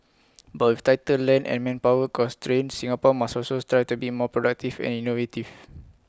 but with tighter land and manpower constraints Singapore must also strive to be more productive and innovative